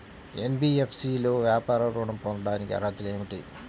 NBFC లో వ్యాపార ఋణం పొందటానికి అర్హతలు ఏమిటీ?